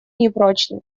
непрочны